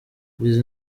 izi